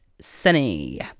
sunny